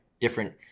different